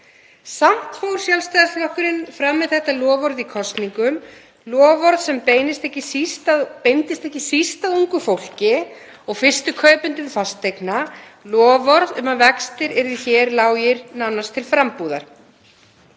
Samt fór Sjálfstæðisflokkurinn fram með þetta loforð í kosningum, loforð sem beindist ekki síst að ungu fólki og fyrstu kaupendum fasteigna, loforð um að vextir yrðu hér lágir nánast til frambúðar.